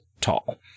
tall